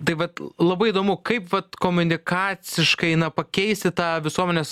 tai vat labai įdomu kaip vat komunikaciškai na pakeisi tą visuomenės